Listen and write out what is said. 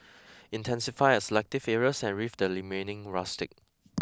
intensify at selective areas and leave the remaining rustic